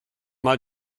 mal